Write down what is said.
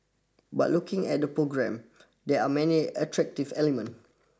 but looking at the programme there are many attractive element